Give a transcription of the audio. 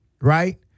Right